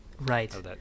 Right